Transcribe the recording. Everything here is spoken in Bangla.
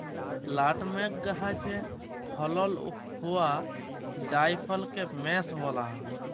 লাটমেগ গাহাচে ফলল হউয়া জাইফলকে মেস ব্যলা হ্যয়